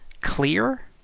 Clear